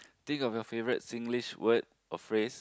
think of your favourite Singlish word or phrase